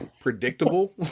predictable